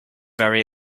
very